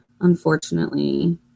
unfortunately